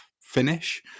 finish